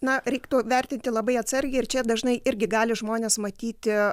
na reiktų vertinti labai atsargiai ir čia dažnai irgi gali žmonės matyti